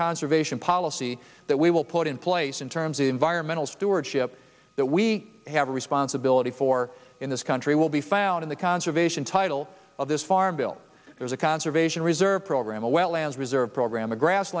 conservation policy that we will put in place in terms of environmental stewardship that we have a responsibility for in this country will be found in the conservation title of this farm bill there's a conservation reserve program a wetlands reserve program a grass